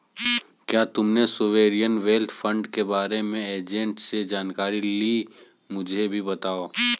क्या तुमने sovereign wealth fund के बारे में एजेंट से जानकारी ली, मुझे भी बताओ